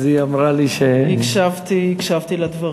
אז היא אמרה לי, הקשבתי לדברים.